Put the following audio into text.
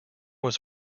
was